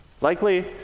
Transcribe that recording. Likely